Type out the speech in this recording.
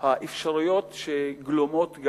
האפשרויות הגלומות,